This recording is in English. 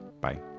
bye